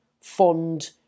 fond